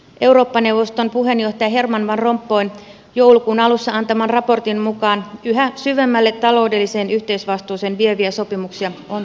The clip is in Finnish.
eurooppa neuvoston puheenjohtajan herman van rompuyn joulukuun alussa antaman raportin mukaan yhä syvemmälle taloudelliseen yhteisvastuuseen vieviä sopimuksia on tulossa